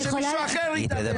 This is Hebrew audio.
או שמישהו אחר ידבר.